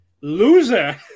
Loser